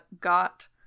got